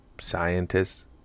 scientists